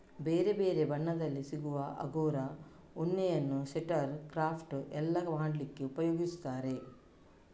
ಬೇರೆ ಬೇರೆ ಬಣ್ಣದಲ್ಲಿ ಸಿಗುವ ಅಂಗೋರಾ ಉಣ್ಣೆಯನ್ನ ಸ್ವೆಟರ್, ಕ್ರಾಫ್ಟ್ ಎಲ್ಲ ಮಾಡ್ಲಿಕ್ಕೆ ಉಪಯೋಗಿಸ್ತಾರೆ